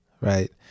Right